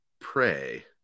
pray